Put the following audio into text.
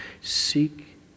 Seek